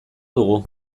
dugu